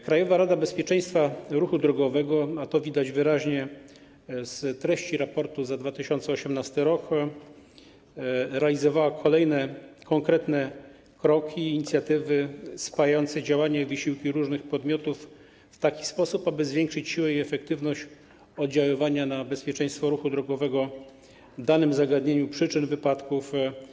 Krajowa Rada Bezpieczeństwa Ruchu Drogowego, a widać to wyraźnie w raporcie za 2018 r., realizowała kolejne konkretne kroki i inicjatywy spajające działania i wysiłki różnych podmiotów w taki sposób, aby zwiększyć siłę i efektywność oddziaływania na poprawę bezpieczeństwa ruchu drogowego w zakresie przyczyn wypadków.